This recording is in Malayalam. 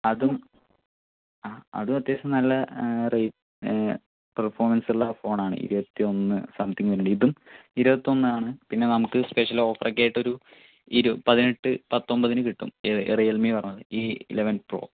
അതും ആ അതും അത്യാവശ്യം നല്ല റേ പെർഫോമൻസുള്ള ഫോണാണ് ഇരുപത്തിയൊന്ന് സംതിങ് ഇതും ഇരുപത്തൊന്നാണ് പിന്നെ നമുക്ക് സ്പെഷ്യൽ ഓഫറൊക്കെ ആയിട്ടൊരു ഇരു പതിനെട്ട് പത്തൊമ്പതിന് കിട്ടും ഏത് ഈ റിയൽമി പറഞ്ഞത് ഈ ഇലവൻ പ്രൊ